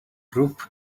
grŵp